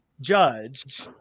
judge